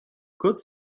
kurz